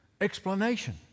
explanation